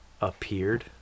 appeared